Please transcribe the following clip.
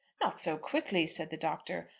not so quickly, said the doctor.